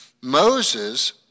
Moses